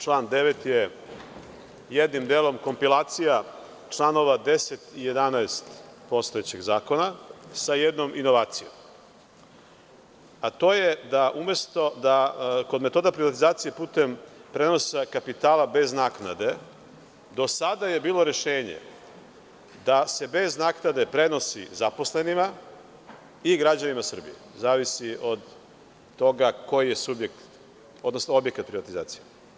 Član 9. je jednim delom kompilacija članova 10. i 11. postojećeg zakona sa jednom inovacijom, a to je da umesto kod metoda privatizacije putem prenosa kapitala bez naknade, do sada je bilo rešenje da se bez naknade prenosi zaposlenima i građanima Srbije, zavisi od toga koji je objekat privatizacije.